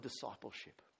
discipleship